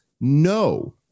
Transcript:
no